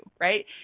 Right